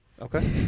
Okay